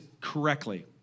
correctly